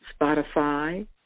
Spotify